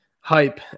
hype